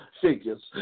figures